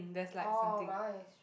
orh my one is